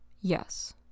yes